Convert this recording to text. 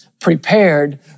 prepared